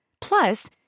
Plus